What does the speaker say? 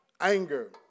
anger